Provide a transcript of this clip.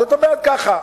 זאת אומרת, ככה.